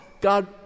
God